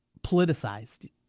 politicized